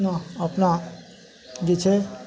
अपना अपना जे छै